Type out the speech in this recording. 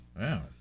Wow